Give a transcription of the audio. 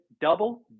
double